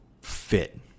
fit